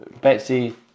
Betsy